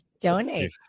donate